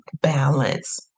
balance